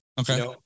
Okay